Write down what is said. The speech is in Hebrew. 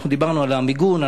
אנחנו דיברנו על המיגון,